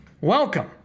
Welcome